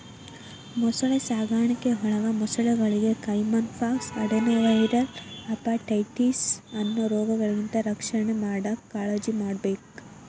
ಮೊಸಳೆ ಸಾಕಾಣಿಕೆಯೊಳಗ ಮೊಸಳೆಗಳಿಗೆ ಕೈಮನ್ ಪಾಕ್ಸ್, ಅಡೆನೊವೈರಲ್ ಹೆಪಟೈಟಿಸ್ ಅನ್ನೋ ರೋಗಗಳಿಂದ ರಕ್ಷಣೆ ಮಾಡಾಕ್ ಕಾಳಜಿಮಾಡ್ಬೇಕ್